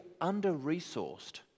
under-resourced